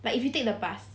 but if you take the bus